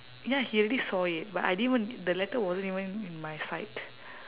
ya he already saw it but I didn't even the letter wasn't even in my sight